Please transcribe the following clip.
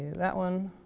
that one.